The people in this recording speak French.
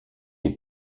les